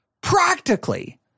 practically